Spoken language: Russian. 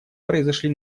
произошли